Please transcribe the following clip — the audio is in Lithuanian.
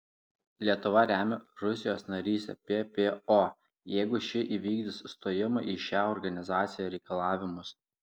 lietuva remia rusijos narystę ppo jeigu ši įvykdys stojimo į šią organizaciją reikalavimus